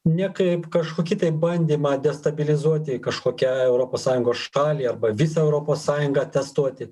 ne kaip kažkokį tai bandymą destabilizuoti kažkokią europos sąjungos šalį arba visą europos sąjungą testuoti